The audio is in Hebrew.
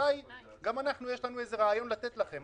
אולי גם לנו יש איזה רעיון לתת לכם.